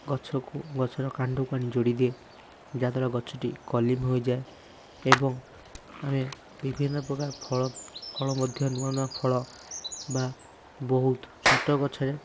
ଗଛକୁ ଗଛର କାଣ୍ଡକୁ ଆଣି ଯୋଡି ଦିଏ ଯାଦ୍ଵାରା ଗଛଟି କଲମି ହୋଇଯାଏ ଏବଂ ଆମେ ବିଭିନ୍ନ ପ୍ରକାର ଫଳ ଫଳ ମଧ୍ୟ ନୂଆ ନୂଆ ଫଳ ବା ବହୁତ ଛୋଟ ଗଛରେ